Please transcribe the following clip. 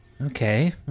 Okay